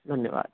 धन्यवाद